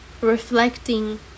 reflecting